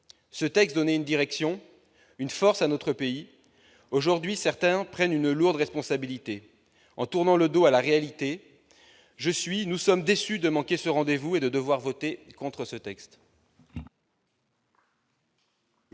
Ce texte donnait une direction, une force à notre pays. Aujourd'hui, certains prennent une lourde responsabilité et tournent le dos à la réalité ; c'est pourquoi nous sommes déçus de manquer ce rendez-vous et de devoir voter contre ce texte.